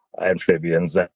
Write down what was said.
amphibians